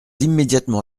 immédiatement